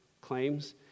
claims